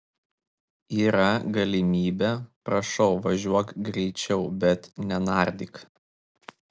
yra galimybė prašau važiuok greičiau bet nenardyk